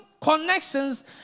connections